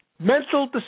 Mental